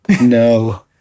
No